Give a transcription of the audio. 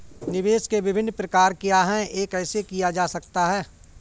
निवेश के विभिन्न प्रकार क्या हैं यह कैसे किया जा सकता है?